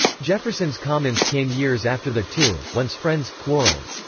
jefferson's comments came years after the two, once friends, quarreled.